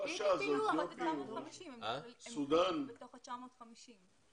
הם בתוך ה-950.